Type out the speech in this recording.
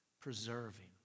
preserving